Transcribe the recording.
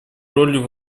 роль